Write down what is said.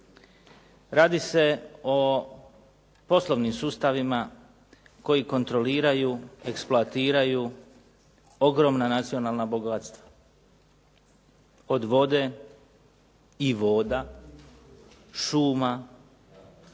Radi se o poslovnim sustavima koji kontroliraju, eksploatiraju ogromna nacionalna bogatstva, od vode i voda, šuma,